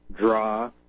draw